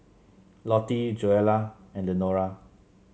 Lottie Joella and Lenora